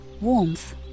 warmth